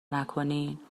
نکنین